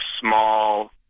small